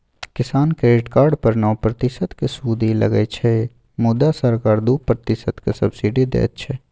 किसान credit card पर नौ प्रतिशतक सुदि लगै छै मुदा सरकार दु प्रतिशतक सब्सिडी दैत छै